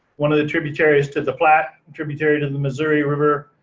one of the tributaries to the platte tributary to the missouri river.